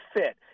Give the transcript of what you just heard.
fit